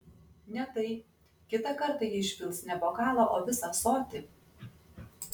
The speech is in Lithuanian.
ne tai kitą kartą ji išpils ne bokalą o visą ąsotį